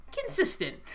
consistent